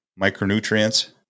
micronutrients